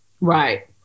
Right